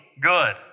good